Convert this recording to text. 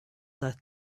that